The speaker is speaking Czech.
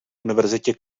univerzitě